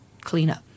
cleanup